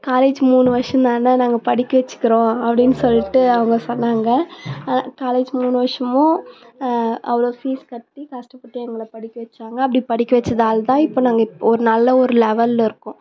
college மூணு வருஷம் தானே நாங்கள் படிக்க வெச்சிக்குறோம் அப்படின்னு சொல்லிட்டு அவங்க சொன்னாங்க காலேஜ் மூணு வருஷமும் அவ்வளவு ஃபீஸ் கட்டி கஷ்டப்பட்டு எங்களை படிக்க வெச்சாங்க அப்படி படிக்க வெச்சதாலதான் இப்போ நாங்கள் இப்போ நல்ல ஒரு லெவலில் இருக்கோம்